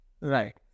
Right